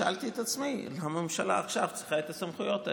שאלתי את עצמי: למה הממשלה צריכה עכשיו את הסמכויות האלה?